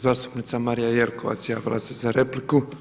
Zastupnica Marija Jelokovac javila se za repliku.